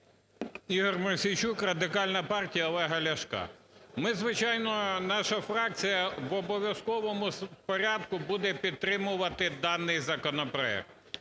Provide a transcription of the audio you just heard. Ігор Мосійчук, Радикальна партія Олега Ляшка. Ми, звичайно, наша фракція в обов'язковому порядку буде підтримувати даний законопроект